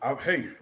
hey